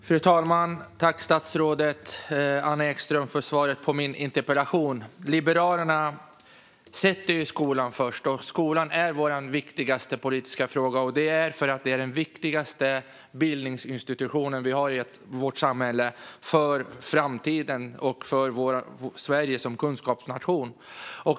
Fru talman! Tack, statsrådet Anna Ekström, för svaret på min interpellation. Liberalerna sätter ju skolan främst, och skolan är vår viktigaste politiska fråga. Det är för att det är den viktigaste bildningsinstitution vi har i vårt samhälle för framtiden och för Sverige som kunskapsnation.